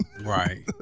Right